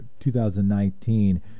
2019